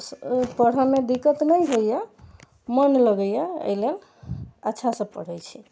पढ़ए मे दिक्कत नहि होइया मन लगैया एहि लेल अच्छा सँ पढ़ै छी